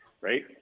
Right